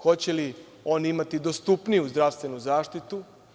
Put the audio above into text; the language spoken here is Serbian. Hoće li oni imati dostupniju zdravstvenu zaštitu?